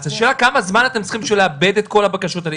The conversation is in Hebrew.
אז השאלה היא כמה זמן אתם צריכים בשביל לעבד את כל הבקשות האלה.